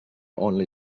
only